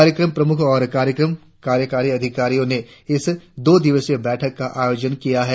कार्यक्रम प्रमुख और कार्यक्रम कार्यकारी अधिकारियों ने इस दो दिवसीय बैठक का आयोजन किया है